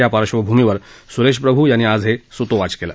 या पार्बभूमीवर सुरेश प्रभू यांनी आज हे सूतोवाच केलं